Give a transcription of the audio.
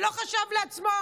ולא חשב לעצמו,